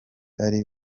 ari